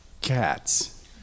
cats